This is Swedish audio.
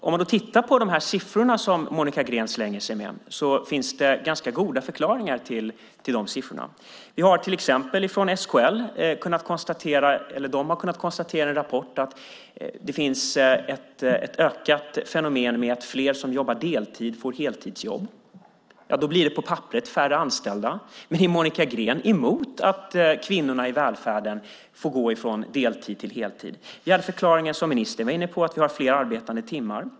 Om man tittar på de siffror som Monica Green slänger sig med finns det ganska goda förklaringar till de siffrorna. Till exempel har SKL kunnat konstatera i en rapport att det finns ett ökat fenomen med att fler som jobbar deltid får heltidsjobb. Då blir det på papperet färre anställda. Är Monica Green emot att kvinnorna i välfärden går från deltid till heltid? Vi har förklaringar som ministern var inne på som fler arbetade timmar.